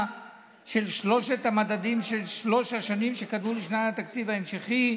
של שלושת המדדים של שלוש השנים שקדמו לשנת התקציב ההמשכי.